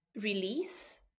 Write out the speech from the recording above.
release